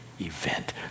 event